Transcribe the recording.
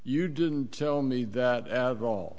you didn't tell me that have all